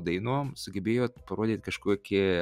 dainom sugebėjot parodyt kažkokį